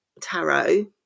tarot